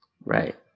Right